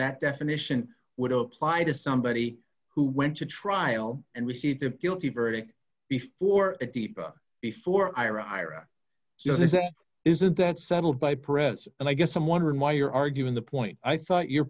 that definition would apply to somebody who went to trial and received the guilty verdict before a deep before i or ira says it isn't that settled by press and i guess i'm wondering why you're arguing the point i thought your